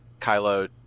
kylo